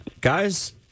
guys